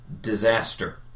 disaster